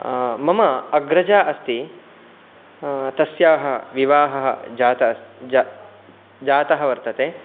मम अग्रजा अस्ति तस्याः विवाहः जातः वर्तते